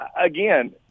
again